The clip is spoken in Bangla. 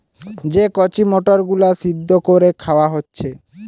যে কচি মটর গুলো সিদ্ধ কোরে খাওয়া হচ্ছে